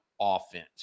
offense